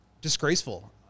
disgraceful